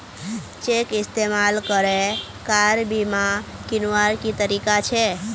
Cheque इस्तेमाल करे car बीमा कीन्वार की तरीका छे?